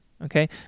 okay